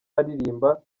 aririmba